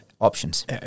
Options